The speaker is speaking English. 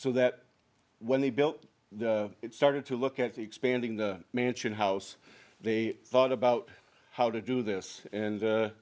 so that when they built it started to look at the expanding the mansion house they thought about how to do this and